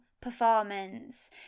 performance